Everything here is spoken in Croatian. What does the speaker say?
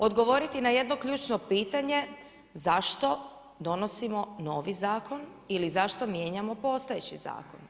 Odgovoriti na jedno ključni pitanje zašto donosimo novi zakon ili zašto mijenjamo postojeći zakon?